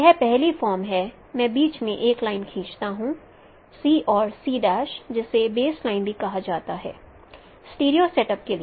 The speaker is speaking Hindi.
यह पहली फॉर्म है मैं बीच में एक लाइन खींचता हूं और जिसे बेस लाइन भी कहा जाता है स्टीरियो सेटअप के लिए